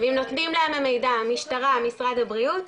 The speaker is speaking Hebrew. ואם נותנים להן מידע המשטרה משרד הבריאות,